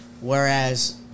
Whereas